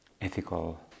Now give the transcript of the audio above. ethical